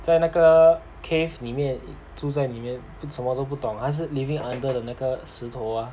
在那个 cave 里面住在里面不什么都不懂还是 living under the 那个石头啊